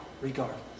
regardless